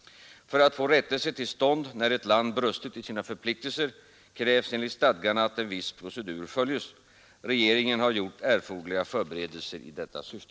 För att få rättelse till stånd när ett land brustit i sina förpliktelser krävs enligt stadgarna att en viss procedur följs. Regeringen har gjort erforderliga förberedelser i detta syfte.